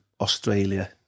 Australia